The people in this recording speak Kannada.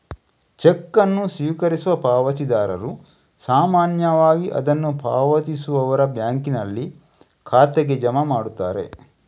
ಚೆಕ್ ಅನ್ನು ಸ್ವೀಕರಿಸುವ ಪಾವತಿದಾರರು ಸಾಮಾನ್ಯವಾಗಿ ಅದನ್ನು ಪಾವತಿಸುವವರ ಬ್ಯಾಂಕಿನಲ್ಲಿ ಖಾತೆಗೆ ಜಮಾ ಮಾಡುತ್ತಾರೆ